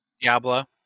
Diablo